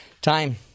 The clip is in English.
Time